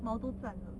毛都站了